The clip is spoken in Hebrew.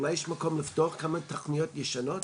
אולי יש מקום לפתוח כמה תוכניות ישנות,